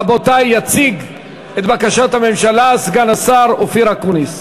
רבותי, יציג את בקשת הממשלה סגן השר אופיר אקוניס.